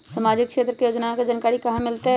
सामाजिक क्षेत्र के योजना के जानकारी कहाँ से मिलतै?